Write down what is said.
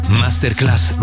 masterclass